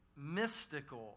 mystical